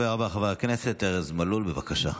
הדובר הבא, חבר הכנסת ארז מלול, בבקשה.